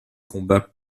combats